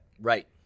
Right